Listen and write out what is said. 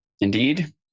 Indeed